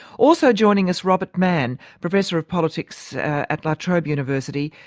also joining us robert manne, professor of politics at la trobe university,